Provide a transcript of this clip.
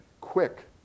quick